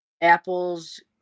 apples